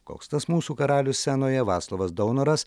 koks tas mūsų karalius scenoje vaclovas daunoras